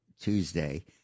Tuesday